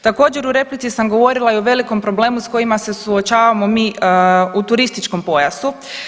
Također u replici sam govorila o velikom probelmu s kojima se suočavamo mi u turističkom pojasu.